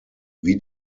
wie